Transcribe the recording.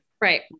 right